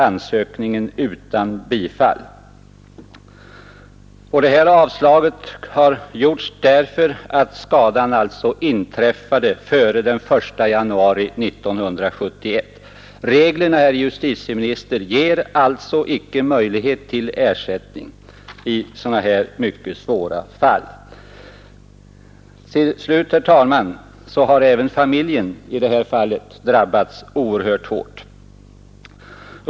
Avslaget beror alltså på att skadan inträffade före den 1 januari 1971. Reglerna, herr justitieminister, ger alltså icke möjlighet till ersättning i sådana här mycket svåra fall. Till slut, herr talman, bör nämnas att även familjen i det här fallet har drabbats oerhört hårt.